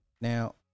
now